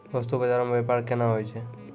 बस्तु बजारो मे व्यपार केना होय छै?